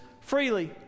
freely